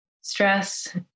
stress